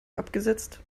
abgesetzt